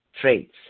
Traits